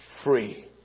free